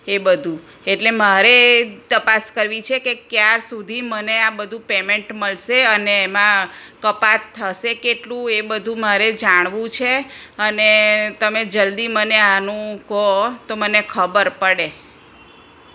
એ બધી એટલે મારે તપાસ કરવી છે કે ક્યાં સુધી મને આ બધું પેમેન્ટ મળશે અને એમાં અને કપાત થશે કે કેટલું એ બધું જાણવું છે અને તમે જલ્દી મને આનું કહો તો મને ખબર પડે